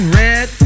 red